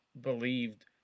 believed